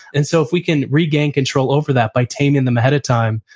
and so if we can regain control over that by taming them ahead of time,